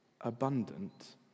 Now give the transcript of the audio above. abundant